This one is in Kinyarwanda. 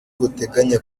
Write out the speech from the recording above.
buteganya